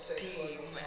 team